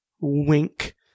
Wink